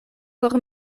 por